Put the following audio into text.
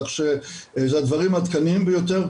כך שזה הדברים העדכניים ביותר,